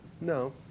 No